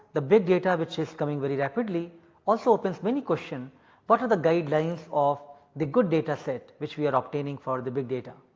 the big data which is coming very rapidly also opens many question what but are the guidelines of the good data set which we are obtaining for the big data.